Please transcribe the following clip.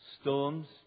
storms